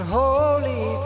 holy